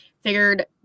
figured